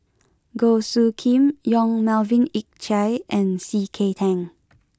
Goh Soo Khim Yong Melvin Yik Chye and C K Tang